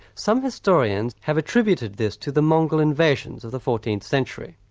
some historians have attributed this to the mongol invasions of the fourteenth century.